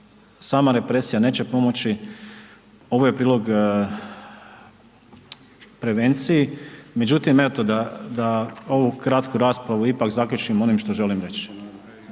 sama represija neće pomoći, ovo je prilog prevenciji, međutim eto da, da ovu kratku raspravu ipak zaključim onim što želim reći.